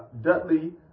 Dudley